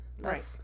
Right